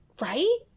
right